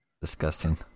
Disgusting